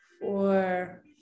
four